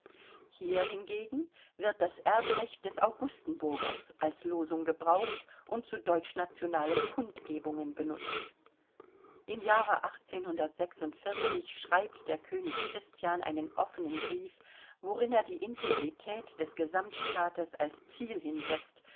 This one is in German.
hier hingegen wird das erbrecht des augustenburgers als losung gebraucht und zu deutschnationalen kundgebungen benutzt im jahre schreibt der könig christian einen offenen brief worin er die integrität des gesamtstaates als ziel hinsetzt